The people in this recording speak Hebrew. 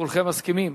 כולכם מסכימים?